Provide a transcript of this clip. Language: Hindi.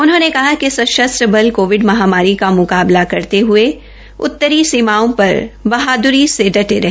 उन्होंने कहा कि सशस्त्र कहा कि कोविड महामारी का मुकाबला करते हथे उत्तरी सीमाओं र बहाद्री से डटे रहे